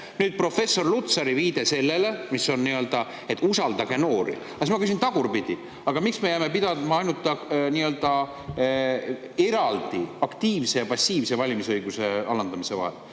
Professor Lutsari viide sellele, et usaldage noori. Aga ma küsin tagurpidi: miks me jääme pidama ainult nii-öelda eraldi aktiivse ja passiivse valimisõiguse alandamise vahele?